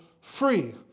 free